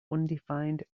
undefined